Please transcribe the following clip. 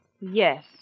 Yes